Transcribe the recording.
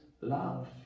love